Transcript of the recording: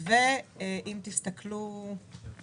אם תסתכלו על 2022, אנחנו מדברים על תוספת של